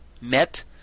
met